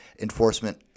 enforcement